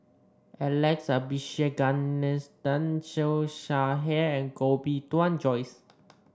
Alex Abisheganaden Siew Shaw Her and Koh Bee Tuan Joyce